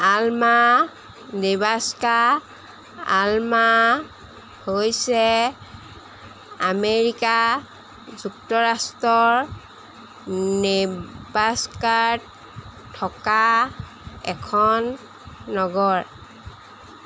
Alma Nebraska Alma হৈছে America যুক্তৰাষ্ট্ৰৰ নেব্ৰাস্কাত থকা এখন নগৰ